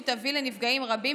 שתביא לנפגעים רבים,